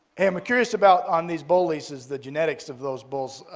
and i'm curious about on these bull leases, the genetics of those bulls.